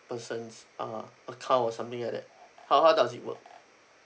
persons uh account or something like that how how does it work